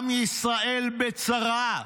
עם ישראל בצרה,